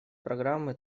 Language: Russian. программы